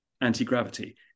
anti-gravity